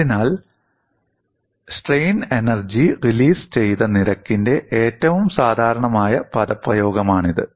അതിനാൽ strain energy release ചെയ്ത നിരക്കിന്റെ ഏറ്റവും സാധാരണമായ പദപ്രയോഗമാണിത്